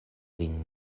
vin